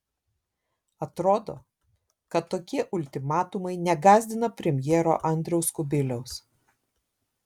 atrodo kad tokie ultimatumai negąsdina premjero andriaus kubiliaus